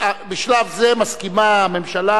בשלב זה הממשלה